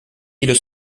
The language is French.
îles